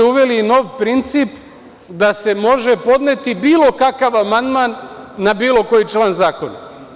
Uveli ste nov princip da se može podneti bilo kakav amandman na bilo koji član zakona.